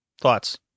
Thoughts